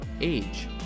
age